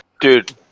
Dude